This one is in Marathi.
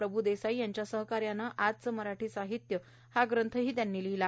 प्रभ्देसाईंच्या सहकार्याने आजचे मराठी साहित्य हा ग्रंथही त्यांनी लिहिला